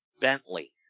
Bentley